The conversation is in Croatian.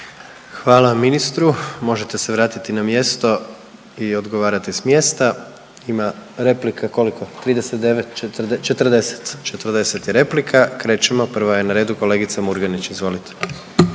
Hvala ministru. Možete se vratiti na mjesto i odgovarati sa mjesta. Ima replika koliko 39, 40? 40 je replika. Krećemo prva je na redu kolegica Murganić, izvolite.